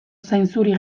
zainzuri